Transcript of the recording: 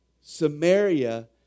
Samaria